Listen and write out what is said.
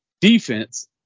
defense